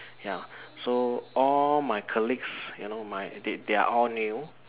ya so all my colleagues you know my they they are all new